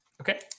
okay